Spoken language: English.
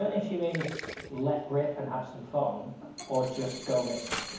if she means let rip and have some fun or just go missing